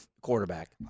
quarterback